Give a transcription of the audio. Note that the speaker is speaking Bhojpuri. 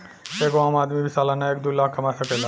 एगो आम आदमी भी सालाना एक दू लाख कमा सकेला